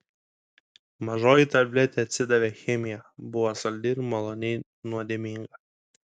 mažoji tabletė atsidavė chemija buvo saldi ir maloniai nuodėminga